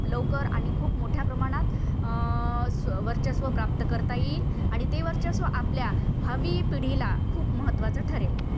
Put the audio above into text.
लवकर आणि खूप मोठ्या प्रमाणात वर्चस्व प्राप्त करता येईल आणि ते वर्चस्व आपल्या भावी पिढीला खूप महत्त्वाचं ठरेल